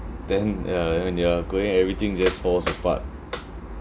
then ya when you are going everything just falls apart